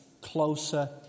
closer